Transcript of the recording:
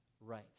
right